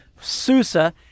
Susa